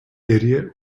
idiot